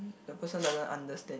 the person doesn't understand